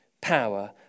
power